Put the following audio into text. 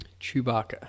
Chewbacca